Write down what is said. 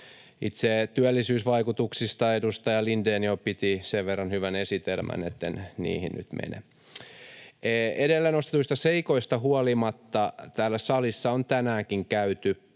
Itse työllisyysvaikutuksista edustaja Lindén jo piti sen verran hyvän esitelmän, etten niihin nyt mene. Edellä nostetuista seikoista huolimatta täällä salissa on tänäänkin käyty